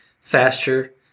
faster